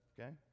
Okay